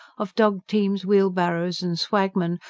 of dog-teams, wheelbarrows and swagmen,